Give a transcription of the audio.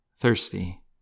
thirsty